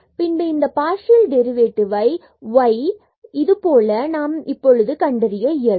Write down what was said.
பின்பு இந்த partial derivative ஐ y இதுபோலவே நாம் இப்பொழுது கண்டறிய இயலும்